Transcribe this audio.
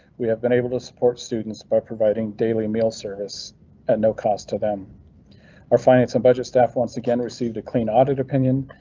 we have been able to support students by providing daily meal service at no cost to them or finding some budget staff once again received a clean audit opinion.